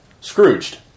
Scrooged